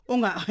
Onga